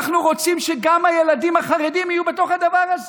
אנחנו רוצים שגם הילדים החרדים יהיו בתוך הדבר הזה.